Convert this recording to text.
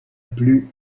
plus